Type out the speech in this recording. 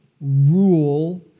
rule